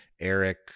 Eric